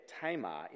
Tamar